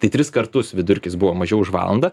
tai tris kartus vidurkis buvo mažiau už valandą